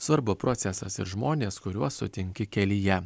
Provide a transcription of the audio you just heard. svarbu procesas ir žmonės kuriuos sutinki kelyje